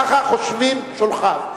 ככה חושבים שולחיו.